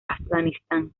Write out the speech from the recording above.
afganistán